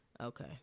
okay